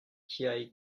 tiaj